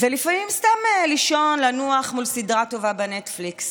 ולפעמים סתם לישון, לנוח מול סדרה טובה בנטפליקס.